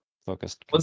focused